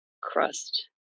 crust